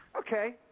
Okay